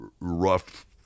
rough